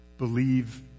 Believe